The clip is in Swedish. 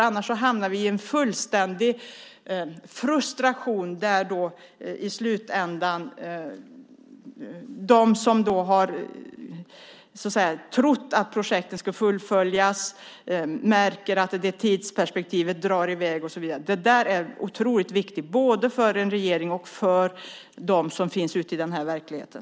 Annars hamnar vi i en fullständig frustration i slutändan när de som har trott att projektet skulle fullföljas märker att tidsperspektivet drar i väg. Det där är otroligt viktigt både för en regering och för dem som finns ute i den här verkligheten.